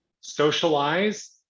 Socialize